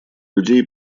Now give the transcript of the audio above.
людей